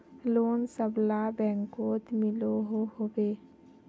Loan सबला बैंकोत मिलोहो होबे?